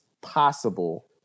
possible